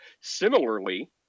Similarly